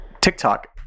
TikTok